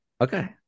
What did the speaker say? Okay